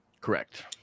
correct